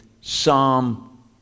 Psalm